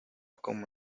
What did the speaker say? como